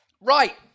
right